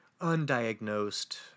undiagnosed